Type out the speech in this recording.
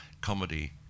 comedy